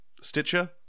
Stitcher